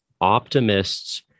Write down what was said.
optimist's